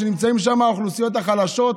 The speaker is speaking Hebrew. האוכלוסיות החלשות,